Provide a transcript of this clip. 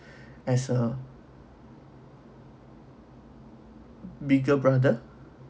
as a bigger brother